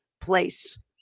place